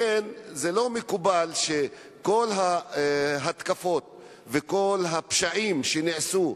לכן, לא מקובל שכל ההתקפות וכל הפשעים שנעשו,